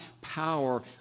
power